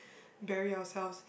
bury ourselves